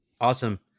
Awesome